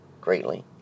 Greatly